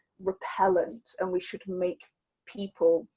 repellant and we should make people,